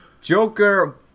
Joker